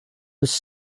was